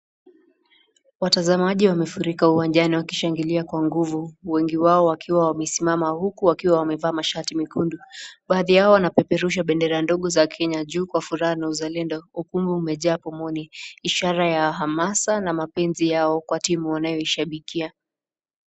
Watazamaji wamefurika uwanjani wakishangilia kwa nguvu. Wengi wao wakiwa wamesimama huku wakiwa wamevaa mashati mekundu. Baadhi yao wanapeperusha bendera ndogo za Kenya juu kwa furaha na uzalendo. Ukumbi umejaa pomoni, ishara ya hamasa na mapenzi yao kwa timu wanayoishabikia.